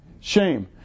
Shame